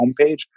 homepage